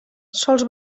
sols